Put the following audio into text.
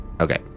Okay